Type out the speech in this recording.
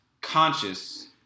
conscious